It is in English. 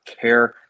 care